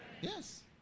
Yes